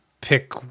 pick